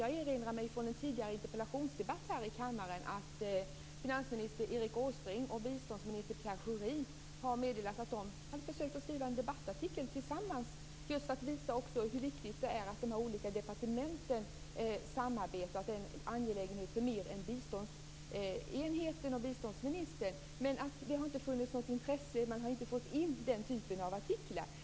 Jag erinrar mig från en tidigare interpellationsdebatt här i kammaren att finansminister Erik Åsbrink och biståndsminister Pierre Schori hade meddelat att de skrivit en debattartikel tillsammans för att visa hur viktigt det är att de olika departementen samarbetar och att det är en angelägenhet för mer än biståndsenheten och biståndsministern. Men det har inte funnits något intresse, och man har inte fått in sådana artiklar.